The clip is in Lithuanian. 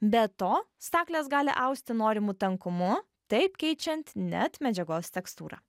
be to staklės gali austi norimu tankumu taip keičiant net medžiagos tekstūrą